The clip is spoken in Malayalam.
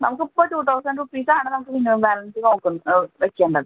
നമുക്ക് ഇപ്പോൾ ടു തൗസൻ്റ് റുപ്പീസ് ആണ് നമുക്ക് മിനിമം ബാലൻസ് വയ്ക്കേണ്ടത്